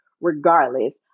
regardless